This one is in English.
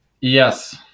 Yes